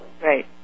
Right